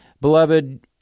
Beloved